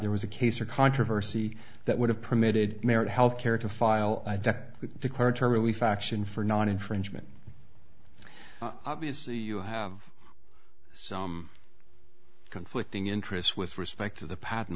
there was a case or controversy that would have permitted merit health care to file i dead declared terminally faction for non infringement obviously you have some conflicting interests with respect to the patent